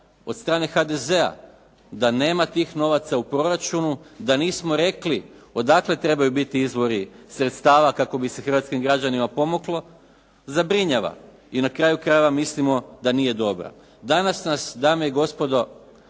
od strane HDZ-a da nema tih novaca u proračunu, da nismo rekli odakle trebaju biti izvori sredstava kako bi se hrvatskim građanima pomoglo zabrinjava, i na kraju krajeva mislimo da nije dobra. Danas nas dame i gospodo